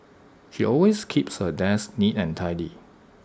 she always keeps her desk neat and tidy